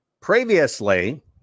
Previously